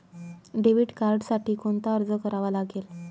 Debit कार्डसाठी कोणता अर्ज करावा लागेल?